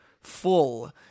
full